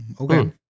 okay